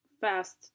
fast